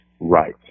right